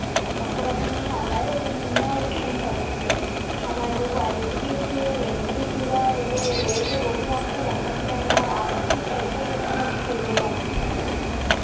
आपको पसंद नहीं आता है तो तीन दिन में आप एक्सचेंज कर सकते हो हमारे इधर क्वालिटी भी अच्छी है रेट भी पूरा जो रेट है वो भी आपके लगभग ही रहेगा आपको किस टाइप से मतलब चाहिए गाउन